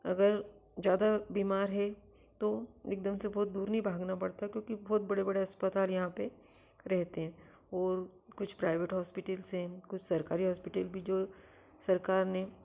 अगर ज़्यादा बीमार है तो एकदम से बहुत दूर नहीं भागना पड़ता क्योंकि बहुत बड़े बड़े अस्पताल यहाँ पर रहते हैं और कुछ प्राइवेट हॉस्पिटल्स हैं कुछ सरकारी हॉस्पिटल भी जो सरकार ने